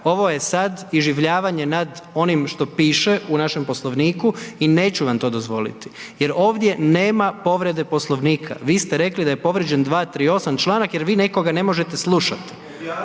ovo je sad iživljavanje nad onim što piše u našem Poslovniku i neću vam to dozvoliti. Jer ovdje nema povrede Poslovnika. Vi ste rekli da je povrijeđen 238. čl. jer vi nekoga ne možete slušati.